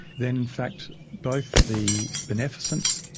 then in fact both the beneficence,